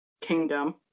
Kingdom